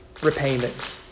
repayments